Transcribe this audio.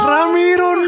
Ramiro